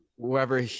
Whoever